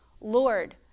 Lord